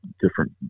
different